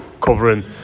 covering